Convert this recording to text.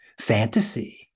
fantasy